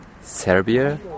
Serbia